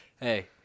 Hey